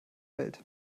welt